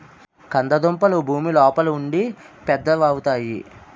కంద దుంపలు భూమి లోపలుండి పెద్దవవుతాయి